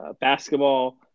basketball